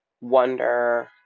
wonder